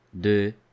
de